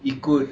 ikut